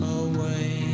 away